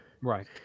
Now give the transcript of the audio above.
Right